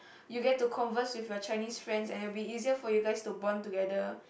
you get to converse with your Chinese friends and it will be for you guys to bond together